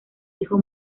hijo